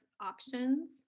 options